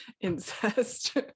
incest